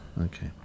Okay